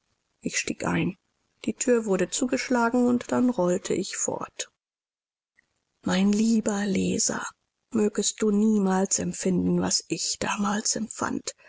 ich stieg ein die thür wurde zugeschlagen und dann rollte ich fort mein lieber leser mögest du niemals empfinden was ich damals empfand